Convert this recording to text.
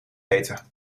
eten